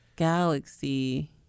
galaxy